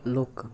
लोक